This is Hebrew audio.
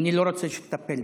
אני לא רוצה שתטפל בי.